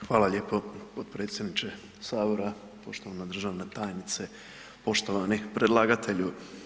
Hvala lijepo potpredsjedniče sabora, poštovana državna tajnice, poštovani predlagatelju.